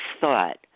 thought